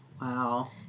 Wow